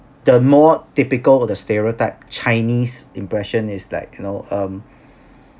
the more typical or the stereotype chinese impression is like you know um